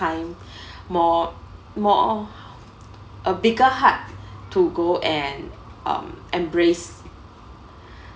time more more uh bigger heart to go and um embrace